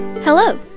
Hello